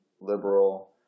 liberal